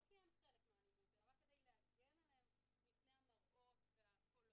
לא כי הן חלק מהאלימות אלא רק כדי להגן עליהן מפני המראות והקולות.